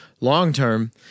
long-term